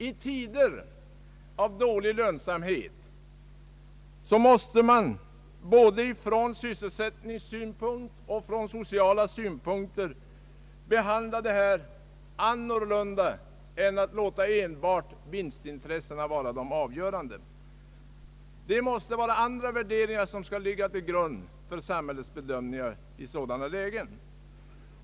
I tider av dålig lönsamhet måste man både från sysselsättningssynpunkt och från sociala synpunkter behandla problemen på andra sätt än genom att enbart låta vinstintressen vara avgörande. Andra värderingar måste ligga till grund för samhällets bedömningar i sådana lägen.